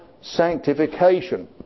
sanctification